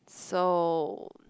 so